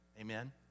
Amen